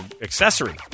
accessory